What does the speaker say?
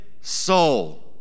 soul